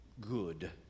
good